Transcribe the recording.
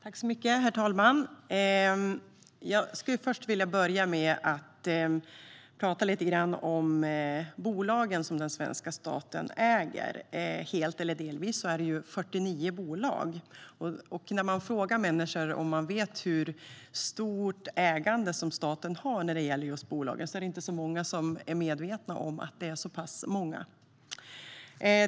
Herr talman! Jag vill börja med att prata lite grann om de bolag som den svenska staten äger helt eller delvis. Det är 49 bolag. När man frågar människor om de vet hur stort ägande som staten har när det gäller bolag framkommer det att inte så många är medvetna om att det är så pass många bolag.